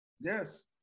Yes